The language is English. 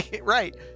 Right